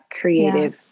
creative